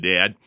Dad